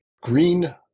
green